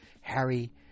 Harry